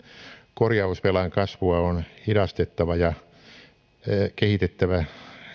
korjausvelan kasvua on hidastettava ja on kehitettävä